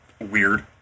weird